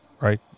right